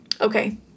Okay